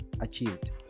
achieved